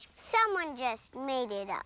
someone just made it up.